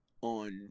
on